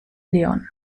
leon